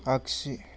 आख्सि